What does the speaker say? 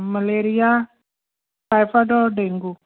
malaria typhoid और dengue